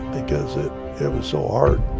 because it was so hard.